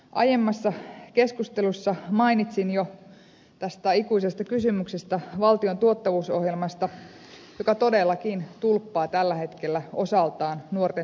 aiemmassa keskustelussa mainitsin jo tästä ikuisesta kysymyksestä valtion tuottavuusohjelmasta joka todellakin tulppaa tällä hetkellä osaltaan nuorten työmarkkinoille pääsyä